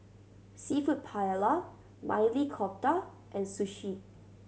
Seafood Paella Maili Kofta and Sushi